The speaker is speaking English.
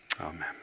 Amen